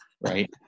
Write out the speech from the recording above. right